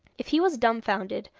if he was dumbfounded,